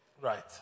Right